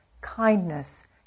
kindness